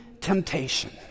temptation